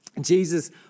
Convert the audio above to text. Jesus